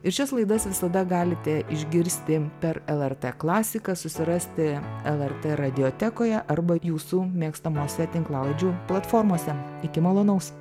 ir šias laidas visada galite išgirsti per lrt klasiką susirasti lrt radiotekoje arba jūsų mėgstamose tinklalaidžių platformose iki malonaus